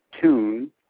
tune